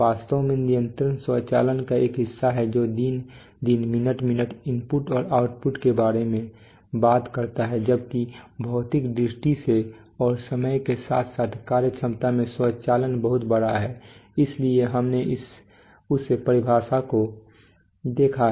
वास्तव में नियंत्रण स्वचालन का एक हिस्सा है जो दिन दिन मिनट मिनट इनपुट और आउटपुट के बारे में बात करता है जबकि भौगोलिक दृष्टि से और समय के साथ साथ कार्यक्षमता में स्वचालन बहुत बड़ा है इसलिए हमने उस परिभाषा को देखा है